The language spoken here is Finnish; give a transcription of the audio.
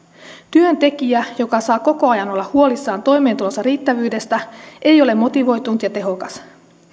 työntekijä joka saa koko ajan olla huolissaan toimeentulonsa riittävyydestä ei ole motivoitunut ja tehokas